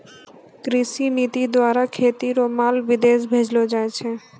कृषि नीति द्वारा खेती रो माल विदेश भेजलो जाय छै